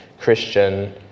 christian